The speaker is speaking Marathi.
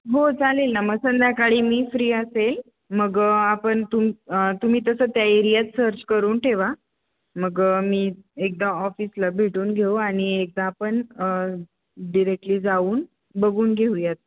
हो चालेल ना मग संध्याकाळी मी फ्री असेल मग आपण तुम तुम्ही तसं त्या एरियात सर्च करून ठेवा मग मी एकदा ऑफिसला भेटून घेऊ आणि एकदा आपण डिरेक्टली जाऊन बघून घेऊयात